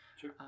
sure